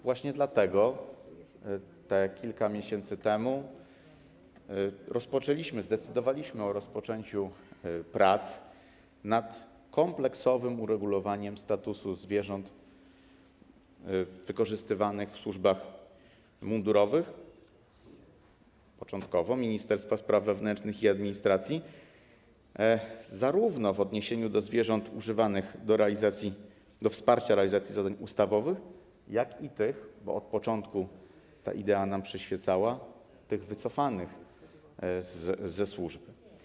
Właśnie dlatego kilka miesięcy temu zdecydowaliśmy o rozpoczęciu prac nad kompleksowym uregulowaniem statusu zwierząt wykorzystywanych w służbach mundurowych podległych Ministerstwu Spraw Wewnętrznych i Administracji, zarówno w odniesieniu do zwierząt używanych do wsparcia realizacji zadań ustawowych, jak i tych - bo od początku ta idea nam przyświecała - wycofanych ze służby.